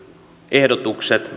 ehdotukset